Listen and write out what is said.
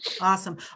Awesome